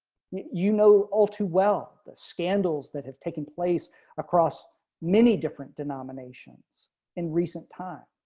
you know all too well the scandals that have taken place across many different denominations in recent time.